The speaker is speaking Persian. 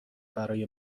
برای